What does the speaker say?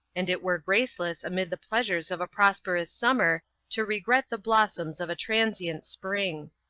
and it were graceless amid the pleasures of a prosperous summer to regret the blossoms of a transient spring.